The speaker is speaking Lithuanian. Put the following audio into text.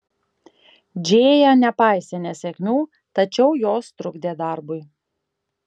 džėja nepaisė nesėkmių tačiau jos trukdė darbui